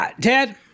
Ted